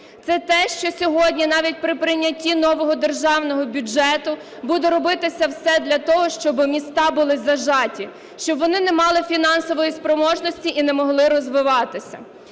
Це те, що сьогодні, навіть при прийнятті нового Державного бюджету, буде робитися все для того, щоби міста були "зажаті", щоб вони не мали фінансової спроможності і не могли розвиватися.